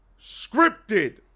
scripted